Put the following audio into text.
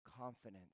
confidence